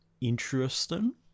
Interesting